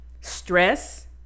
stress